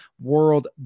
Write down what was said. world